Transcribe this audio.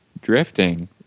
drifting